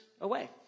away